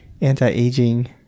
anti-aging